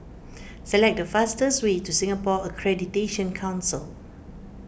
select the fastest way to Singapore Accreditation Council